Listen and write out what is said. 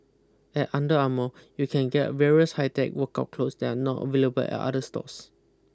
at Under Armour you can get various high tech workout clothes that are not available at other stores